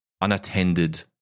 unattended